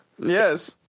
yes